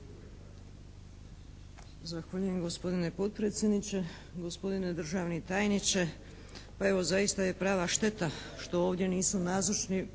Hvala vam